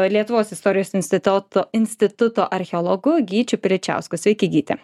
lietuvos istorijos institoto instituto archeologu gyčiu piličiausku sveiki gyti